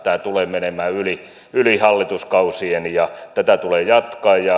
tämä tulee menemään yli hallituskausien ja tätä tulee jatkaa